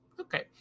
Okay